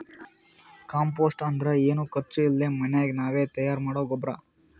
compost ಅಂದ್ರ ಏನು ಖರ್ಚ್ ಇಲ್ದೆ ಮನ್ಯಾಗೆ ನಾವೇ ತಯಾರ್ ಮಾಡೊ ಗೊಬ್ರ